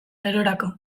gerorako